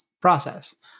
process